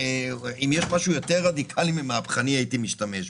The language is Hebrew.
אם היה משהו יותר רדיקאלי ממהפכני הייתי משתמש בו.